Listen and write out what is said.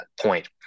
point